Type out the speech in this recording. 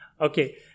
Okay